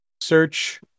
search